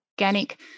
organic